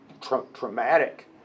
traumatic